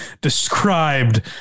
described